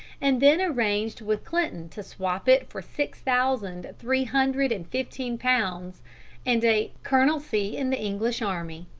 and then arranged with clinton to swap it for six thousand three hundred and fifteen pounds and a colonelcy in the english army.